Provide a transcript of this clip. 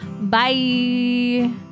Bye